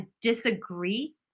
disagree